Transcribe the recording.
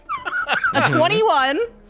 21